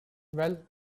well